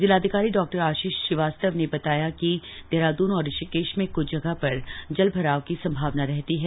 जिलाधिकारी डॉ आशीष श्रीवास्तव ने बताया कि देहरादून और ऋषिकेश में क्छ जगह पर जलभराव की संभावना रहती है